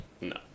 No